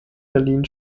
berlin